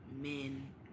men